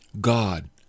God